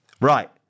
Right